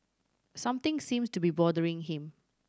something seems to be bothering him